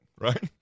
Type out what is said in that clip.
right